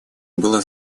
была